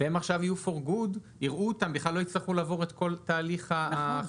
והם עכשיו יהיו For good ובכלל לא יצטרכו לעבור את כל תהליך ההכשרה.